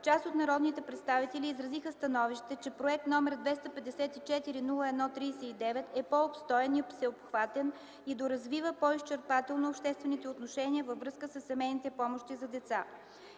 Част от народните представители изразиха становище, че проект № 254-01-39 е по-обстоен и всеобхватен и доразвива по-изчерпателно обществените отношения във връзка със семейните помощи за деца.